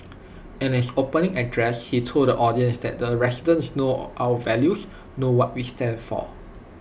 in his opening address he told audience that the residents know our values know what we stand for